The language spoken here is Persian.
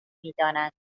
میدانند